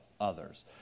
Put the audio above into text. others